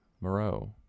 Moreau